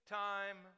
time